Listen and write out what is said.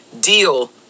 deal